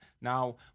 Now